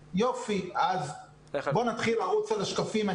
יופי, אז בואו נתחיל לרוץ על השקפים.